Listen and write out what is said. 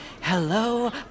Hello